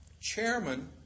chairman